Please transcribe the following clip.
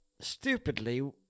Stupidly